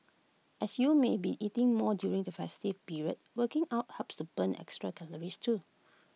as you may be eating more during the festive period working out helps to burn the extra calories too